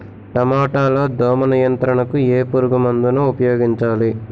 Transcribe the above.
టమాటా లో దోమ నియంత్రణకు ఏ పురుగుమందును ఉపయోగించాలి?